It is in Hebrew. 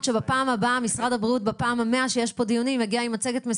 כי מה שקבע בג"צ רק החמיר את המצב.